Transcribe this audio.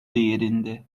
değerinde